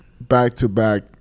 back-to-back